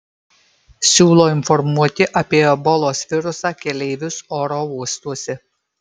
siūlo informuoti apie ebolos virusą keleivius oro uostuose